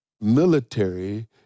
military